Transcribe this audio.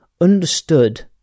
understood